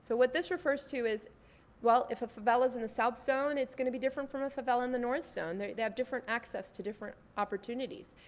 so what this refers to is well, if a favela's in the south zone, it's gonna be different from a favela in the north zone. they have different access to different opportunities.